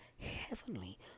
heavenly